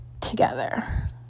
together